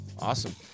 Awesome